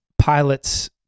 pilots